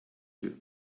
too